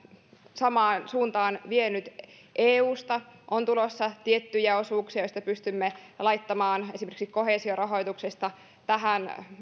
samaan suuntaan vienyt eulta on tulossa tiettyjä osuuksia joista pystymme laittamaan esimerkiksi koheesiorahoituksesta tähän